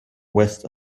west